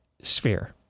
sphere